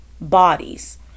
bodies